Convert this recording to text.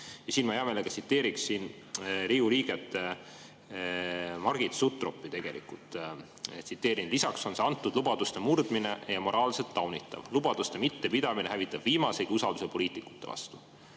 siin ma hea meelega tsiteeriksin Riigikogu liiget Margit Sutropit. Tsiteerin: "Lisaks on see antud lubaduste murdmine ja moraalselt taunitav. Lubaduste mittepidamine hävitab viimasegi usalduse poliitikute vastu."